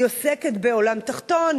היא עוסקת בעולם תחתון,